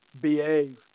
behave